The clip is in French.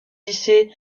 lycée